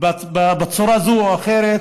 בצורה זו או אחרת